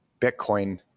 Bitcoin